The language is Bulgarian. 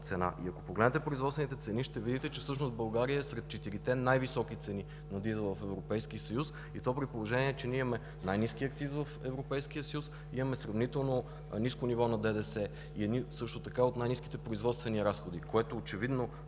цена. Ако погледнете производствените цени, ще видите, че всъщност България е сред четирите най-високи цени на дизел в Европейския съюз, и то при положение че ние имаме най-ниския акциз в Европейския съюз, имаме съмнително ниско ниво на ДДС и едни от най-ниските производствени разходи, което очевидно